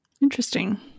Interesting